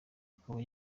akaba